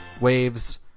Waves